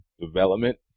development